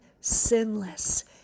sinless